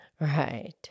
Right